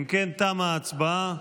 אם כן, תמה ההצבעה.